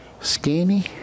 Skinny